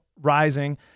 rising